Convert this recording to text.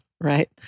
right